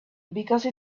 because